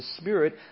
Spirit